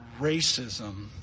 racism